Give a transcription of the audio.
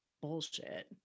bullshit